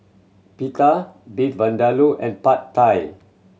Pita Beef Vindaloo and Pad Thai